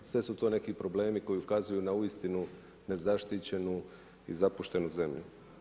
Sve su to neki problemi koji ukazuju na uistinu, na nezaštićenu i zapuštenu zemlju.